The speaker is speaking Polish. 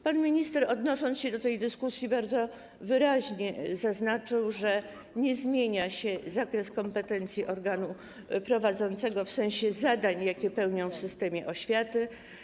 Pan minister, odnosząc się do tej dyskusji, bardzo wyraźnie zaznaczył, że nie zmienia się zakres kompetencji organu prowadzącego w sensie zadań, jakie pełni on w systemie oświaty.